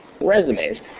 resumes